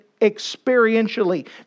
experientially